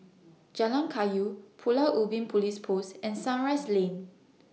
Jalan Kayu Pulau Ubin Police Post and Sunrise Lane